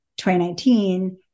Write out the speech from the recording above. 2019